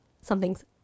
something's